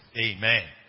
Amen